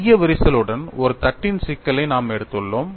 மைய விரிசலுடன் ஒரு தட்டின் சிக்கலை நாம் எடுத்துள்ளோம்